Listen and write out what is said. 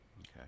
Okay